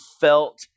felt